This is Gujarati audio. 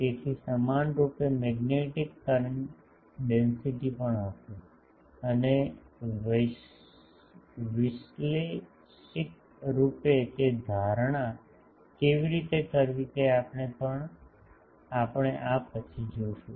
તેથી સમાનરૂપે મેગ્નેટિક કરંટ ડેન્સિટીસ પણ હશે અને વિશ્લેષિક રૂપે તે ધારણા કેવી રીતે કરવી તે આપણે આ પછી જોશું